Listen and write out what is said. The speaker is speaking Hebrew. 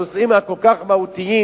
נמצאים נושאים כל כך מהותיים,